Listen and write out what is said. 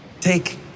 Take